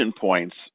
points